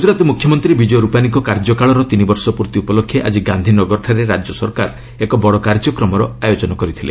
ଗୁଜରାତ ମୁଖ୍ୟମନ୍ତ୍ରୀ ବିଜୟ ରୁପାନୀଙ୍କ କାର୍ଯ୍ୟକାଳୟର ତିନିବର୍ଷ ପ୍ରର୍ଭି ଉପଲକ୍ଷେ ଆଜି ଗାନ୍ଧିନଗରଠାରେ ରାଜ୍ୟ ସରକାର ଏକ ବଡ଼ କାର୍ଯ୍ୟକ୍ରମର ଅୟୋଜନ କରିଥିଲେ